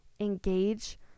engage